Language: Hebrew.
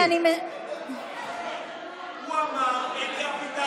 אבל הוא תקף אותי.